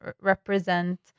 represent